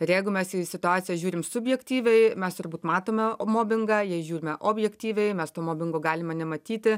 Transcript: ir jeigu mes į situaciją žiūrim subjektyviai mes turbūt matome o mobingą jei žiūrime objektyviai mes to mobingo galime nematyti